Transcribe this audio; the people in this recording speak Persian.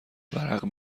ورق